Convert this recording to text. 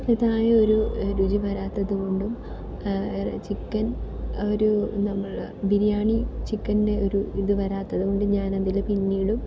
ഇതായ ഒരു രുചി വരാത്തത് കൊണ്ടും ചിക്കൻ ഒരു നമ്മള ബിരിയാണി ചിക്കൻ്റെ ഒരു ഇത് വരാത്തത് കൊണ്ടും ഞാനതിൽ പിന്നീടും